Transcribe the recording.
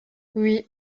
oui